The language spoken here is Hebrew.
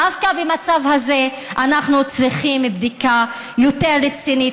דווקא במצב הזה אנחנו צריכים בדיקה יותר רצינית,